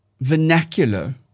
vernacular